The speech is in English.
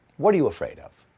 what are you afraid of?